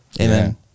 Amen